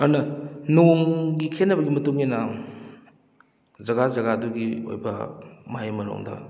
ꯑꯗꯨꯅ ꯅꯣꯡꯒꯤ ꯈꯦꯠꯅꯕꯒꯤ ꯃꯇꯨꯡ ꯏꯟꯅ ꯖꯒꯥ ꯖꯒꯥꯗꯨꯒꯤ ꯑꯣꯏꯕ ꯃꯍꯩ ꯃꯔꯣꯡꯗ